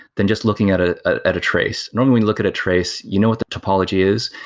than just looking at ah ah at a trace. normally we look at a trace, you know what the topology is,